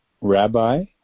rabbi